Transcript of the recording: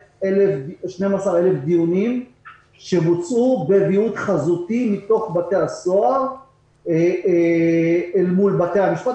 מ-12,000 דיונים בוצעו בוויעוד חזותי מתוך בתי הסוהר מול בתי המשפט.